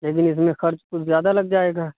لیکن اس میں خرچ کچھ زیادہ لگ جائے گا